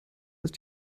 ist